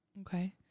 Okay